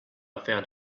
found